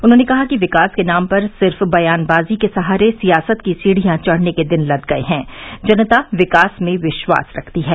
उन्होंने कहा कि विकास के नाम पर सिर्फ बयानबाजी के सहारे सियासत की सीढ़ियां चढ़ने के दिन लद गये हैं जनता विकास में विश्वास रखती है